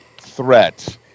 threat